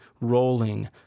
rolling